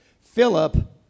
Philip